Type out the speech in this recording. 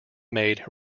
made